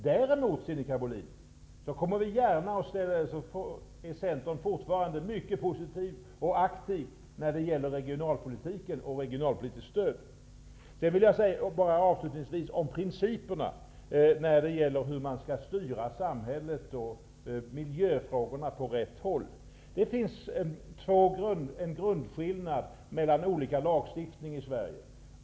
Däremot, Sinikka Bohlin, är vi i Centern fortfarande mycket positiva och aktiva när det gäller regionalpolitiken och regionalpolitiskt stöd. Avslutningsvis vill jag säga något om principerna för hur man skall styra samhället och miljöfrågorna åt rätt håll. Det finns en grundläggande skillnad mellan olika former av lagstiftning i Sverige.